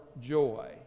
joy